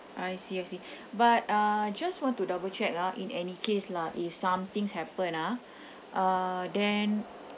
I see I see but uh just want to double check ah in any case lah if somethings happened ah uh then